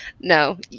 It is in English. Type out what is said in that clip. No